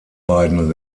beiden